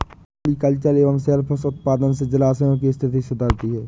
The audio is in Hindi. पॉलिकल्चर एवं सेल फिश उत्पादन से जलाशयों की स्थिति सुधरती है